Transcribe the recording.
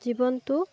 জীৱনটো